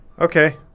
Okay